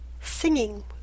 singing